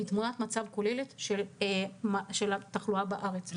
מתמונת המצב הכוללת של התחלואה בארץ.